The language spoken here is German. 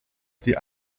sie